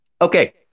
Okay